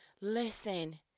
listen